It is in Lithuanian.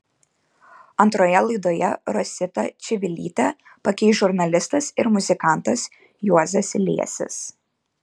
antroje laidoje rositą čivilytę pakeis žurnalistas ir muzikantas juozas liesis